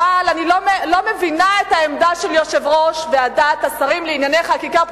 אבל אני לא מבינה את העמדה של יושב-ראש ועדת שרים לענייני חקיקה,